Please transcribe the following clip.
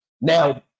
Now